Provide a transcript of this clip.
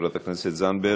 חברת הכנסת זנדברג,